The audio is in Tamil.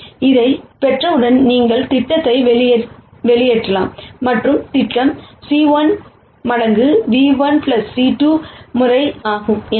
நீங்கள் இதைப் பெற்றவுடன் நீங்கள் திட்டத்தை வெளியேற்றலாம் மற்றும் திட்டம் c1 மடங்கு ν₁ c 2 முறை is ஆகும்